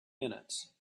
minutes